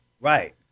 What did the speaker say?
Right